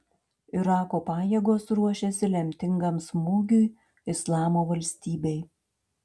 irako pajėgos ruošiasi lemtingam smūgiui islamo valstybei